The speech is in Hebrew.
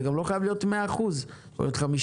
וזה גם לא חייב להיות 100%. יכול להיות 50%,